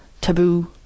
taboo